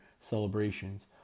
celebrations